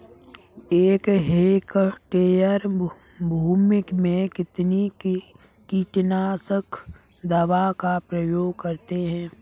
एक हेक्टेयर भूमि में कितनी कीटनाशक दवा का प्रयोग करें?